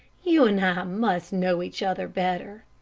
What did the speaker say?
you and i must know each other better.